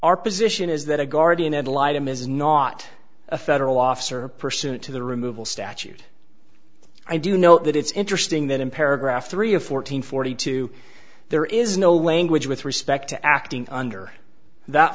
our position is that a guardian ad litum is not a federal officer pursuant to the removal statute i do know that it's interesting that in paragraph three of fourteen forty two there is no language with respect to acting under that